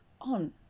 on